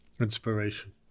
inspiration